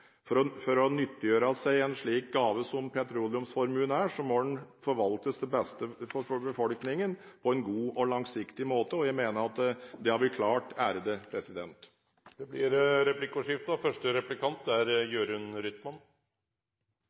naturressurser erfart. For å nyttiggjøre seg en slik gave som petroleumsformuen er, må den forvaltes til beste for befolkningen på en god og langsiktig måte, og jeg mener at det har vi klart. Det blir replikkordskifte. Som presidenten kanskje hørte, holdt jeg mitt innlegg og